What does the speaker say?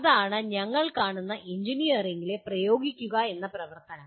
അതാണ് ഞങ്ങൾ കാണുന്ന എഞ്ചിനീയറിംഗിലെ പ്രയോഗിക്കുക എന്ന പ്രവർത്തനം